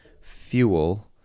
fuel